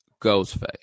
Ghostface